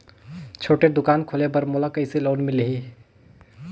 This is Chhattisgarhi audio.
छोटे दुकान खोले बर मोला कइसे लोन मिलही?